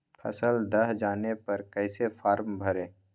फसल दह जाने पर कैसे फॉर्म भरे?